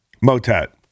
Motet